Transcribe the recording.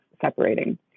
separating